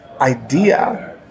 idea